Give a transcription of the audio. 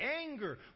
anger